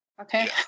okay